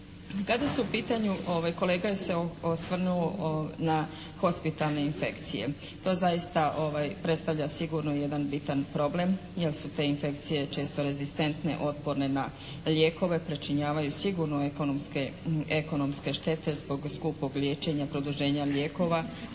Kada su u pitanju, kolega je se osvrnuo na hospitalne infekcije. To zaista predstavlja sigurno jedan bitan problem, jer su te infekcije često rezistentne, otporne na lijekove, pričinjavaju sigurno ekonomske štete zbog skupog liječenja, produženja liječenja,